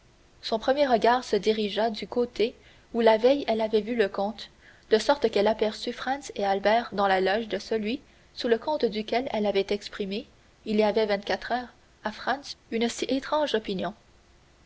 son premier regard se dirigea du côté où la veille elle avait vu le comte de sorte qu'elle aperçut franz et albert dans la loge de celui sur le compte duquel elle avait exprimé il y avait vingt-quatre heures à franz une si étrange opinion